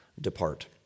depart